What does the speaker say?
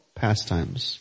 pastimes